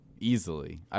Easily